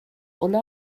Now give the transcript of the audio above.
ulla